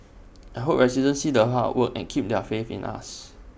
I hope residents see the hard work and keep their faith in us